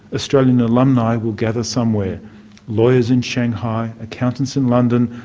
australian alumni will gather somewhere lawyers in shanghai, accountants in london,